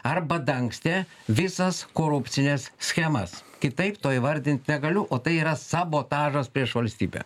arba dangstė visas korupcines schemas kitaip to įvardint negaliu o tai yra sabotažas prieš valstybę